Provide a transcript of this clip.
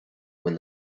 when